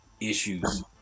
issues